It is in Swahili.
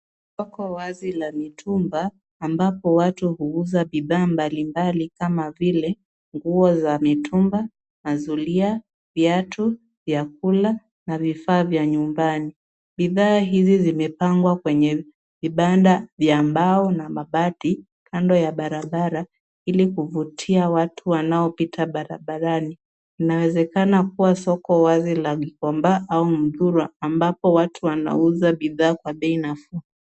Soko wazi la mitumba ambapo watu huuza bidhaa mbalimbali kama vile nguo za mitumba, mazulia, viatu, vyakula na vifaa vya nyumbani. Bidhaa hivi vimepangwa kwenye vibanda vya mbao na mabati kando ya barabara ili kuvutia watu wanaopita barabarani. Inawezekana kuwa soko wazi la Gikomba au Muthurwa ambapo watu wanauza bidhaa kwa bei nafuu.